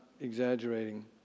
exaggerating